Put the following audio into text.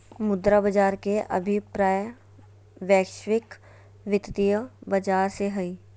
मुद्रा बाज़ार के अभिप्राय वैश्विक वित्तीय बाज़ार से हइ